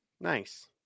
Nice